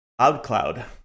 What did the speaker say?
OutCloud